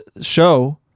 show